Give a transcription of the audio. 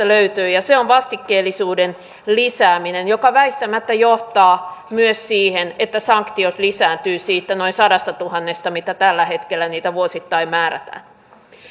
löytyy ja se on vastikkeellisuuden lisääminen joka väistämättä johtaa myös siihen että sanktiot lisääntyvät siitä noin sadastatuhannesta mikä niitä tällä hetkellä vuosittain määrätään